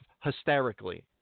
hysterically